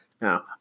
Now